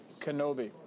Kenobi